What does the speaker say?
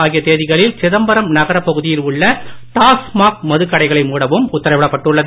ஆகியதேதிகளில் சிதம்பரம்நகரபகுதியில்உள்ளடாஸ்மாக்மதுக்கடைகளைமூடவும்உத்தரவி டப்பட்டுள்ளது